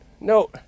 No